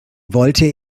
wollte